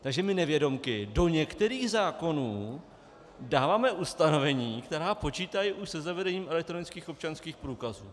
Takže my nevědomky do některých zákonů dáváme ustanovení, která počítají už se zavedením elektronických občanských průkazů.